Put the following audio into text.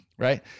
right